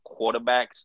quarterbacks